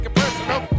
personal